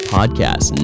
Podcast